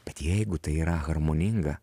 bet jeigu tai yra harmoninga